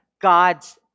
God's